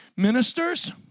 Ministers